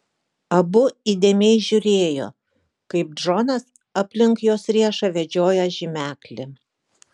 abu įdėmiai žiūrėjo kaip džonas aplink jos riešą vedžioja žymeklį